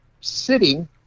sitting